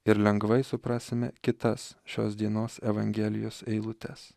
ir lengvai suprasime kitas šios dienos evangelijos eilutes